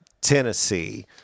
Tennessee